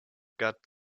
got